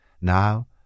Now